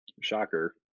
shocker